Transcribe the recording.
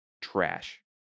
trash